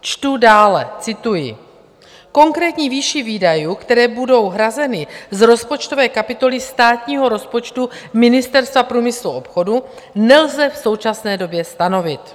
Čtu dále cituji: Konkrétní výši výdajů, které budou hrazeny z rozpočtové kapitoly státního rozpočtu Ministerstva průmyslu a obchodu, nelze v současné době stanovit.